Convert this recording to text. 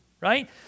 right